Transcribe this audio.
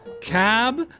Cab